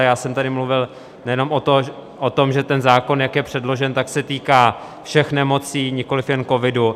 Já jsem tady mluvil nejenom o tom, že ten zákon, jak je předložen, se týká všech nemocí, nikoliv jen covidu.